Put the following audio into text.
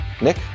Nick